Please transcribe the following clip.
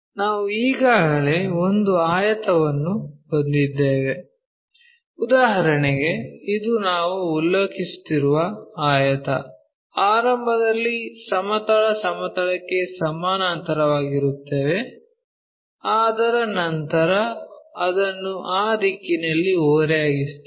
ನಾವು ಈಗಾಗಲೇ ಒಂದು ಆಯತವನ್ನು ಹೊಂದಿದ್ದೇವೆ ಉದಾಹರಣೆಗೆ ಇದು ನಾವು ಉಲ್ಲೇಖಿಸುತ್ತಿರುವ ಆಯತ ಆರಂಭದಲ್ಲಿ ಸಮತಲ ಸಮತಲಕ್ಕೆ ಸಮಾನಾಂತರವಾಗಿರುತ್ತೇವೆ ಅದರ ನಂತರ ಅದನ್ನು ಆ ದಿಕ್ಕಿನಲ್ಲಿ ಓರೆಯಾಗಿಸುತ್ತೇವೆ